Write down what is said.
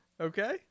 Okay